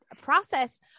process